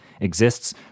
exists